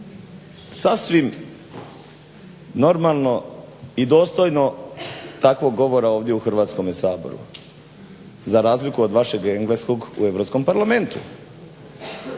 sasvim normalno i dostojno takvog govora ovdje u Hrvatskom saboru za razliku od engleskom u Europskom parlamentu.